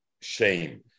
shame